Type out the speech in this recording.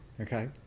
Okay